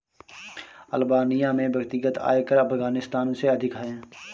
Albania में व्यक्तिगत आयकर अफ़ग़ानिस्तान से अधिक है